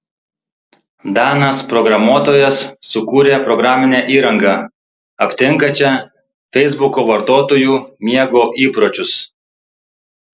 danas programuotojas sukūrė programinę įrangą aptinkančią feisbuko vartotojų miego įpročius